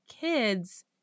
kids